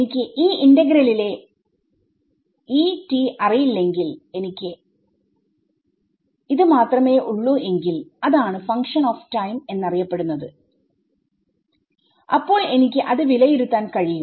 എനിക്ക് ഈ ഇന്റഗ്രലിലെ അറിയില്ലെങ്കിൽ എനിക്ക് മാത്രമേ ഉള്ളൂ എങ്കിൽ അതാണ് ഫങ്ക്ഷൻ ഓഫ് ടൈം എന്നറിപ്പെടുന്നത്അപ്പോൾ എനിക്ക് അത് വിലയിരുത്താൻ കഴിയും